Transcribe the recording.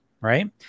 right